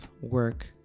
work